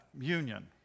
union